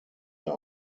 der